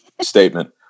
statement